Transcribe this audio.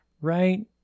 Right